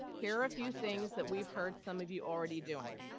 here are few things that we've heard some of you already doing.